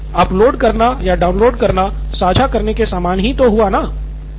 नितिन कुरियन लेकिन अपलोड करना या डाउनलोड करना साझा करने के समान ही तो हुआ ना